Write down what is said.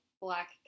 black